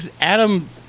Adam